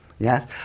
Yes